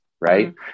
right